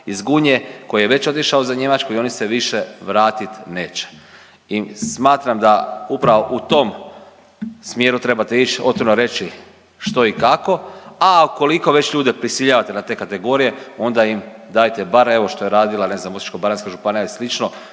iz Gunje, koji je već otišao za Njemačku i oni se više vratit neće. I smatram da upravo u tom smjeru trebate ić, otvoreno reći što i kako, a ukoliko već ljude prisiljavate na te kategorije, onda im dajte bar evo što je radila Osječko-baranjska županija